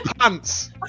pants